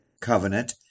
covenant